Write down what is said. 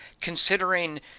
considering